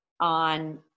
on